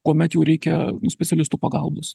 kuomet jau reikia nu specialistų pagalbos